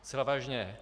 Zcela vážně.